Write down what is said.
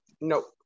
Nope